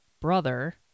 brother